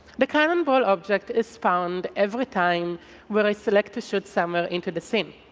the cannonball object is found every time where i select to shoot somewhere into the scene.